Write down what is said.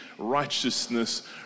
righteousness